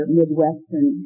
Midwestern